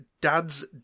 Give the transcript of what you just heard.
Dad's